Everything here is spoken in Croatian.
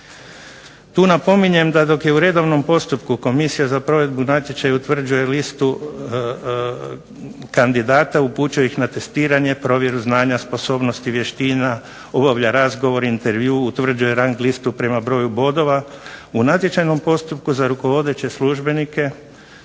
Tu napominjem da dok je u redovnom postupku Komisija za provedbu natječaja utvrđuje listu kandidata, upućuje ih na testiranje, provjeru znanja, sposobnosti, vještina, obavlja razgovore, intervju, utvrđuje rang listu prema broju bodova. U natječajnom postupku za rukovodeće službenike